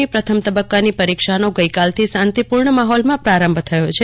ની પ્રથમ તબકકાની પરીક્ષાનો સોમવારથી શાંતિપૂર્ણ માહોલમાં પ્રારંભ થયો છે